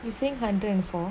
you say hundred and four